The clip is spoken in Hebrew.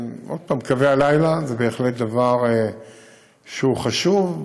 עוד פעם, קווי הלילה הם בהחלט דבר שהוא חשוב.